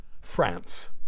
France